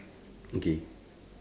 okay